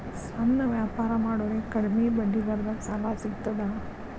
ಸಣ್ಣ ವ್ಯಾಪಾರ ಮಾಡೋರಿಗೆ ಕಡಿಮಿ ಬಡ್ಡಿ ದರದಾಗ್ ಸಾಲಾ ಸಿಗ್ತದಾ?